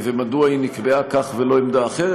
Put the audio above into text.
ומדוע היא נקבעה כך ולא עמדה אחרת.